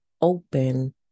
open